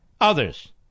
others